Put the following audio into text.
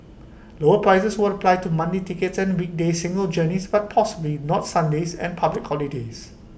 lower prices would apply to monthly tickets and weekday single journeys but possibly not Sundays or public holidays